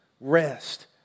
rest